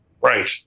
Right